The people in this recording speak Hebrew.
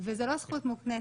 וזו לא זכות מוקנית.